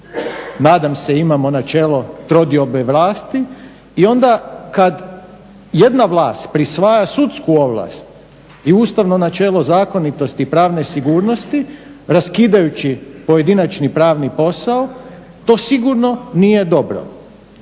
nadam se imamo načelo trodiobe vlasti i onda kad jedna vlast prisvaja sudsku ovlast i ustavno načelo zakonitosti i pravne sigurnosti raskidajući pojedinačni pravni posao to sigurno nije dobro.